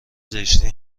زشتی